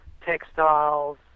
textiles